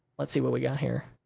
let's see what we got here.